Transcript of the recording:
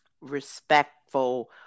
respectful